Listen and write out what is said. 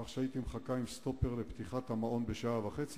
כך שהייתי מחכה עם סטופר לפתיחת המעון ב-07:30,